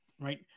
right